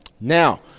Now